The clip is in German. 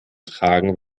tragen